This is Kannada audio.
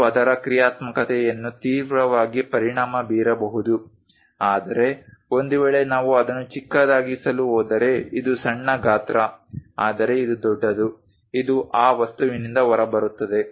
ಅದು ಅದರ ಕ್ರಿಯಾತ್ಮಕತೆಯನ್ನು ತೀವ್ರವಾಗಿ ಪರಿಣಾಮ ಬೀರಬಹುದು ಆದರೆ ಒಂದು ವೇಳೆ ನಾವು ಅದನ್ನು ಚಿಕ್ಕದಾಗಿಸಲು ಹೋದರೆ ಇದು ಸಣ್ಣ ಗಾತ್ರ ಆದರೆ ಇದು ದೊಡ್ಡದು ಇದು ಆ ವಸ್ತುವಿನಿಂದ ಹೊರಬರುತ್ತದೆ